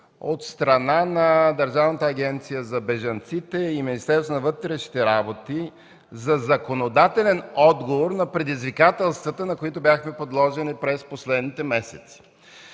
от страна на Държавната агенция за бежанците и Министерството на вътрешните работи за законодателен отговор на предизвикателствата, на които бяхме подложени през последните месеци.